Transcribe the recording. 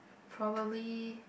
probably